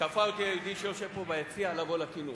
כפה אותי יהודי שיושב פה ביציע לבוא לכינוס,